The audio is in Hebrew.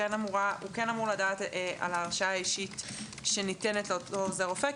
הוא כן אמור לדעת על ההרשאה האישית שניתנת לאותו עוזר רופא,